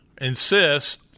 insist –